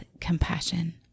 compassion